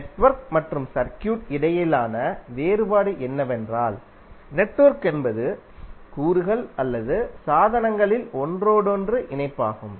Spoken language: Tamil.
நெட்வொர்க் மற்றும் சர்க்யூட் இடையிலான வேறுபாடு என்னவென்றால் நெட்வொர்க் என்பது கூறுகள் அல்லது சாதனங்களின் ஒன்றோடொன்று இணைப்பாகும்